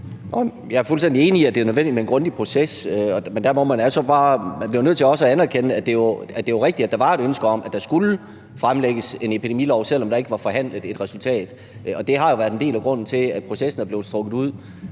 Jeg er fuldstændig enig i, at det er nødvendigt med en grundig proces, men man bliver jo også nødt til at anerkende, at det er rigtigt, at der var et ønske om, at der skulle fremlægges en epidemilov, selv om der ikke var forhandlet et resultat. Og det har jo været en del af grunden til, at processen har trukket ud.